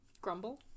grumble